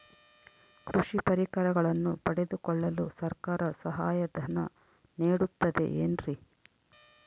ಕೃಷಿ ಪರಿಕರಗಳನ್ನು ಪಡೆದುಕೊಳ್ಳಲು ಸರ್ಕಾರ ಸಹಾಯಧನ ನೇಡುತ್ತದೆ ಏನ್ರಿ?